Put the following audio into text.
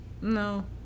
No